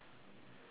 a what